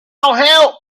help